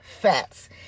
fats